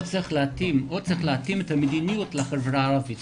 או צריך להתאים את המדיניות לחברה הערבית,